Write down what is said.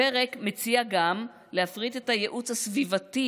הפרק מציע גם להפריט את הייעוץ הסביבתי